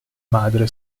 madre